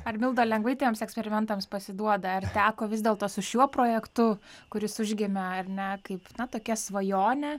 ar milda lengvai tiems eksperimentams pasiduoda ar teko vis dėlto su šiuo projektu kuris užgimė ar ne kaip na tokia svajonė